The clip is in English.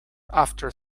after